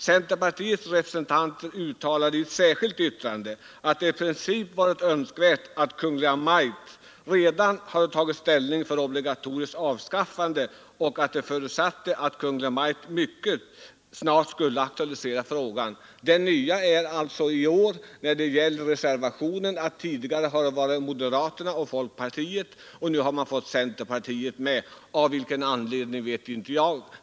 Centerpartiets representanter uttalade i ett särskilt yttrande att det i princip hade varit önskvärt att Kungl. Maj:t redan hade tagit ställning för obligatoriets avskaffande och att de förutsatte att Kungl. Maj:t mycket snart skulle aktualisera frågan. Det nya i år när det gäller reservationen är alltså att det tidigare har varit moderaterna och folkpartisterna som reserverat sig. Nu har man fått centerpartiet med sig — av vilken anledning vet jag inte.